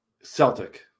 Celtic